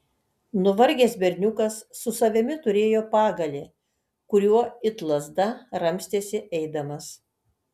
nuvargęs berniukas su savimi turėjo pagalį kuriuo it lazda ramstėsi eidamas